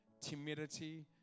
timidity